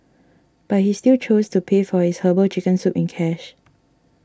but he still chose to pay for his Herbal Chicken Soup in cash